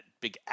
big